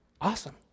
Awesome